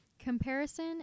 Comparison